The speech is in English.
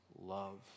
love